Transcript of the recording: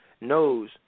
knows